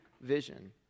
vision